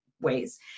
ways